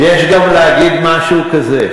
יש גם להגיד משהו כזה.